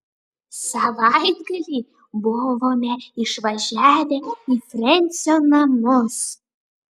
savaitgalį buvome išvažiavę į frensio namus